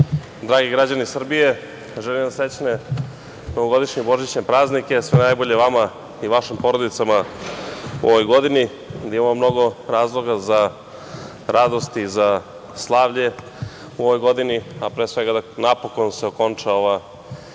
dragi građani Srbije, želim vam srećne novogodišnje i božićne praznike, sve najbolje vama i vašim porodicama u ovoj godini i da imamo mnogo razloga za radost i za slavlje u ovoj godini, a pre svega da se napokon okonča ova